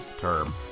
term